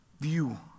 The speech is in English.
View